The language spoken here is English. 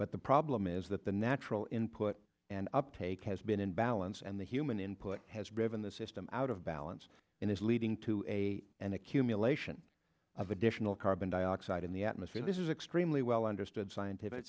but the problem is that the natural input and uptake has been in balance and the human input has driven the system out of balance and is leading to a an accumulation of additional carbon dioxide in the atmosphere this is extremely well understood scientific